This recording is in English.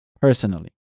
personally